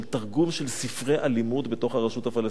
תרגום של ספרי אלימות בתוך הרשות הפלסטינית.